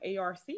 ARC